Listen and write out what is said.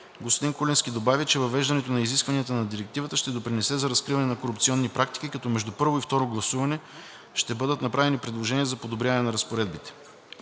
Господин Куленски добави, че въвеждането на изискванията на Директивата ще допринесе за разкриване на корупционни практики, като между първо и второ гласуване ще бъдат направени предложения за подобряване на разпоредбите.